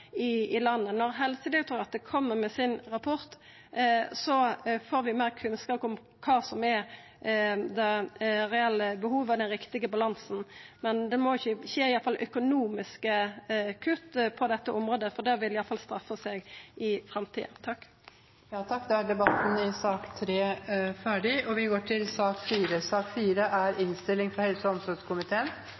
i landet. Når Helsedirektoratet kjem med rapporten sin, får vi meir kunnskap om kva som er det reelle behovet og den riktige balansen. Men det må ikkje skje økonomiske kutt på dette området, for det vil iallfall straffa seg i framtida. Flere har ikke bedt om ordet i sak nr. 3. Etter ønske fra helse- og omsorgskomiteen vil presidenten ordne debatten slik: 5 minutter til saksordføreren, 3 minutter til øvrige partigrupper og